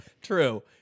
True